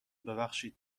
ببخشید